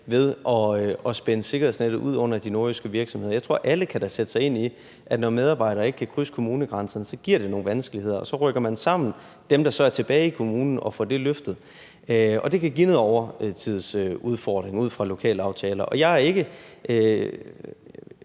ved at spænde sikkerhedsnettet ud under de nordjyske virksomheder. Jeg tror da, at alle kan sætte sig ind i, at det, når medarbejdere ikke kan krydse kommunegrænserne, så giver nogle vanskeligheder, og dem, der så er tilbage i kommunen, rykker så sammen og får det løftet, og det kan give en overtidsudfordring ud fra lokalaftaler. Jeg ser jo